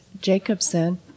Jacobson